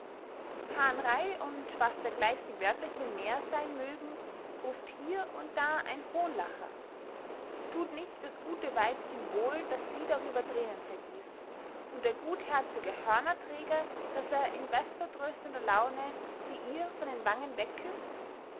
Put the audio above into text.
hahnrey und was dergleichen wörterchen mehr sein mögen ruft hier und da ein hohnlacher thut nicht das gute weibchen wohl daß sie darüber thränen vergießt und der gutherzige hörnerträger daß er in bester tröstender laune sie ihr von den wangen wegküßt